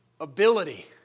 ability